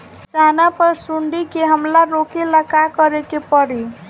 चना पर सुंडी के हमला रोके ला का करे के परी?